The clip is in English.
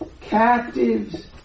captives